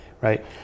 right